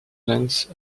glance